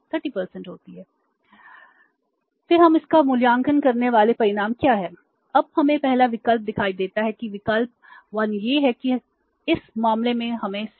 फिर हम इसका मूल्यांकन करने वाले परिणाम क्या हैं अब हमें पहला विकल्प दिखाई देता है विकल्प 1 यह है कि इस मामले में हमें C